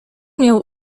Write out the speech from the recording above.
miał